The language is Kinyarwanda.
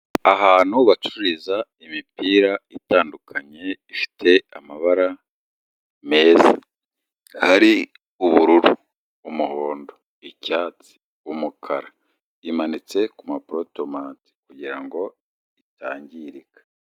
Ahantu bacururiza imipira itandukanye ifite amabara meza, hari ubururu, umuhondo, icyatsi, umukara, imanitse ku maporutomanto kugira ngo itangirika.